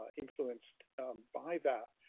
ah influenced by that.